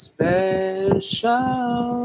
Special